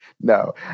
No